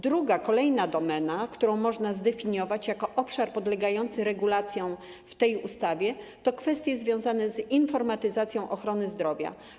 Druga domena, którą można zdefiniować jako obszar podlegający regulacjom w tej ustawie, to kwestie związane z informatyzacją ochrony zdrowia.